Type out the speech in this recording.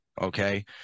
Okay